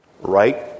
right